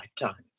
lifetime